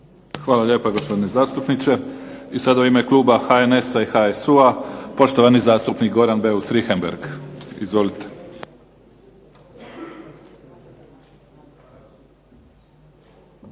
Hvala lijepa gospodine zastupniče. I sada u ime Kluba HNS HSU-a poštovani zastupnik Goran BEus Richembergh. Izvolite.